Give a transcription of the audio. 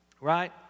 right